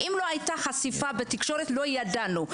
אם לא הייתה חשיפה בתקשורת לא היינו יודעים.